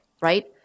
right